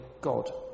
God